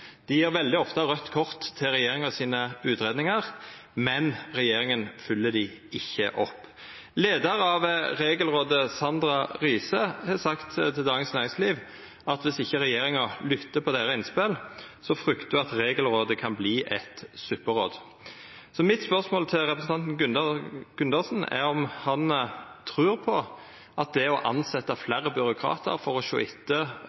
Dei gjev veldig ofte raudt kort til regjeringa sine utgreiingar, men regjeringa følgjer dei ikkje opp. Leiaren av Regelrådet, Sandra Riise, har sagt til Dagens Næringsliv at viss ikkje regjeringa lyttar til innspela deira, fryktar ho at Regelrådet kan verta eit supperåd. Mitt spørsmål til representanten Gundersen er om han trur at det å tilsetja fleire byråkratar for å sjå etter